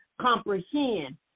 comprehend